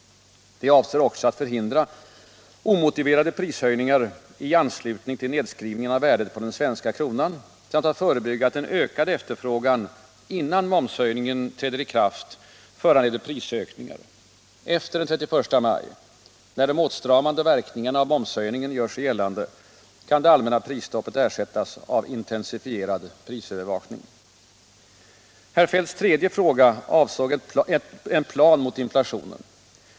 Det avser också att förhindra omotiverade prishöjningar i anslutning till nedskrivningen av värdet på den svenska kronan samt att förebygga att en ökad efterfrågan innan momshöjningen träder i kraft föranleder prisökningar. Efter den 31 maj — när de åtstramande verkningarna av momshöjningen gör sig gällande — kan det allmänna prisstoppet ersättas av intensifierad prisövervakning. Herr Feldts tredje fråga avsåg en plan mot inflationen.